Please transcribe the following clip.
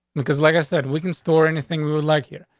because, like i said, we can store anything we would like here.